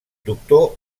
doctor